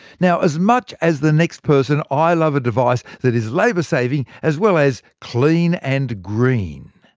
now, as much as the next person i love a device that is labour saving, as well as clean and green.